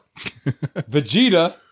Vegeta